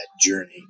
journey